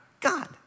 God